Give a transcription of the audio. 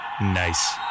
Nice